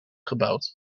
gebouwd